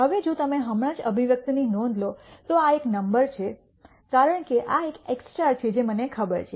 હવે જો તમે હમણાં જ આ અભિવ્યક્તિની નોંધ લો તો આ એક નંબર છે કારણ કે આ એક x છે જે મને ખબર છે